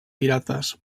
pirates